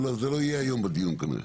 אבל זה לא יהיה היום בדיון כנראה,